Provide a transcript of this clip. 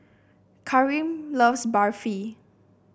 Karim loves Barfi